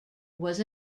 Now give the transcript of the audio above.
was